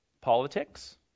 politics